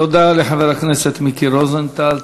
תודה לחבר הכנסת מיקי רוזנטל.